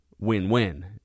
win-win